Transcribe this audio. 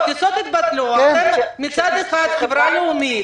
אתם חברה לאומית.